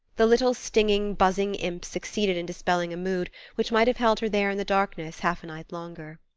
the little stinging, buzzing imps succeeded in dispelling a mood which might have held her there in the darkness half a night longer.